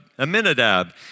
Aminadab